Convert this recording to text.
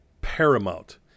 paramount